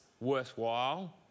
worthwhile